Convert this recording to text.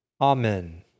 Amen